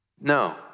No